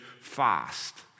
fast